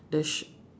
the sh~